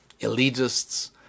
elitists